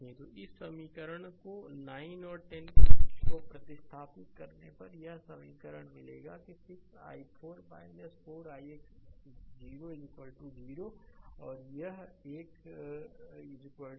तो इस समीकरण को 9 और 10 को प्रतिस्थापित करने पर यह समीकरण मिलेगा कि 6 i4 4 ix 0 0 और यह एक 20 है